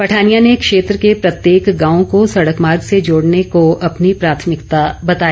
पठानिया ने क्षेत्र के प्रत्येक गांव को सड़क मार्ग से जोड़ने को अपनी प्राथमिकता बताया